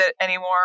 anymore